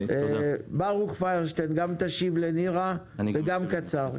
ברוך פיירשטיין, בבקשה, קצר.